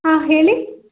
ಹಾಂ ಹೇಳಿ